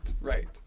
right